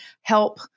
Help